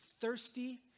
thirsty